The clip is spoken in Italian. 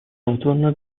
autunno